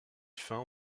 fin